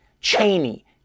Cheney